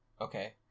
Okay